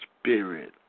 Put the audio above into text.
spirit